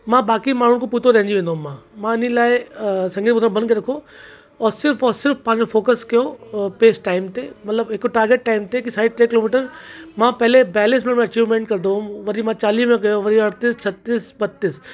मां बाक़ी माण्हू खो पुठितो रहिजी वेंदो हुयुमि मां मां इन्हीअ लाइ संगीत ॿुधण बंदि करे रखो ऐं सिर्फ़ु और सिर्फ़ु पंहिंजो फ़ोकस कयो बेस्ट टाइम ते मतिलब हिकु टार्गेट टाइम ते के साढे टे किलोमीटर मां पहिरीं बैलेंस में अचीविमेंट कंदो हुयुमि वरी मां चालीह में कयो वरी अठेतालीह छटीह ॿटीह